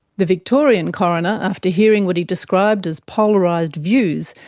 the victorian coroner, after hearing what he described as polarised views,